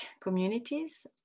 communities